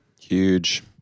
Huge